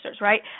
right